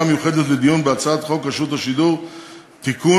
המיוחדת לדיון בהצעת חוק רשות השידור (תיקון),